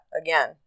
again